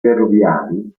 ferroviari